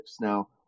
Now